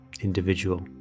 individual